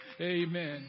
Amen